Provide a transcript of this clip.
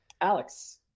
Alex